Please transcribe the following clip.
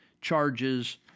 charges